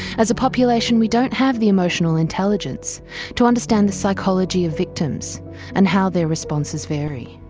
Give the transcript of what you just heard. as a population, we don't have the emotional intelligence to understand the psychology of victims and how their responses vary.